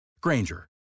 Granger